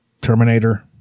Terminator